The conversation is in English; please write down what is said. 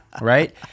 right